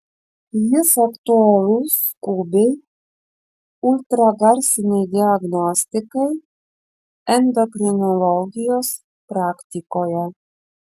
jis aktualus skubiai ultragarsinei diagnostikai endokrinologijos praktikoje